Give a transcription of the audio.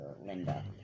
Linda